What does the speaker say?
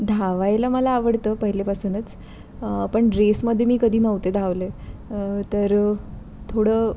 धावायला मला आवडतं पहिल्यापासूनच पण रेसमध्ये मी कधी नव्हते धावले तर थोडं